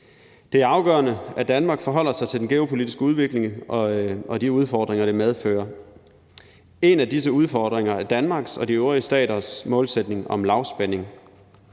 Det er afgørende, at Danmark forholder sig til den geopolitiske udvikling og de udfordringer, det medfører. En af disse udfordringer er Danmarks og de øvrige staters målsætning om lavspænding.